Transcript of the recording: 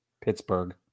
Pittsburgh